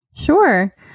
Sure